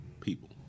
People